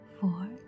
four